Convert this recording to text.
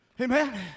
Amen